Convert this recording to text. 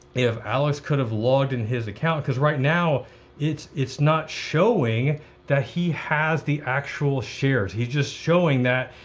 if alex could have logged in his account, cause right now it's it's not showing that he has the actual shares. he's just showing that,